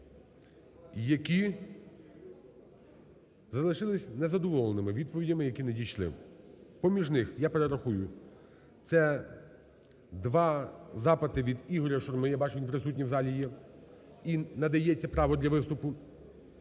які залишились незадоволеними відповідями, які надійшли. Поміж них, я перерахую, це два запити від Ігоря Шурми, я бачу, він присутній в залі є. І надається право для виступу.